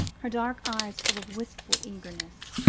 her dark eyes full of wistful eagerness.